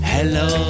Hello